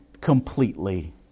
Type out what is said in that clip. completely